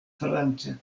france